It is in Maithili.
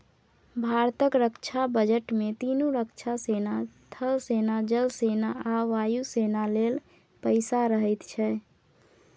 भारतक रक्षा बजट मे तीनों रक्षा सेना थल सेना, जल सेना आ वायु सेना लेल पैसा रहैत छै